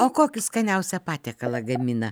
o kokį skaniausią patiekalą gamina